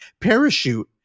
parachute